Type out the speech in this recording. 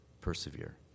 persevere